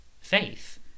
faith